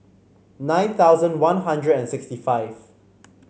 nine thousand One Hundred and sixty five